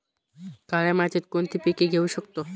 काळ्या मातीत कोणती पिके घेऊ शकतो?